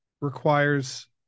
requires